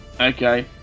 Okay